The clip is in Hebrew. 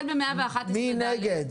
מי נגד?